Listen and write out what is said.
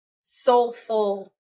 soulful